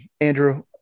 Andrew